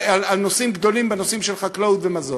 על נושאים גדולים בנושאים של חקלאות ומזון.